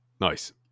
Nice